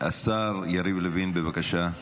השר יריב לוין, בבקשה.